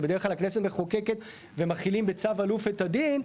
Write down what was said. שבדרך כלל הכנסת מחוקקת ומחילים בצו אלוף את הדין.